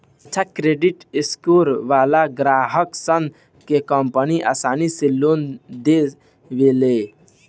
अच्छा credit score वालन ग्राहकसन के कंपनि आसानी से लोन दे देवेले